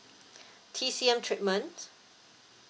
T_C_M treatment